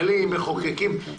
מחוקקים,